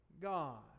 God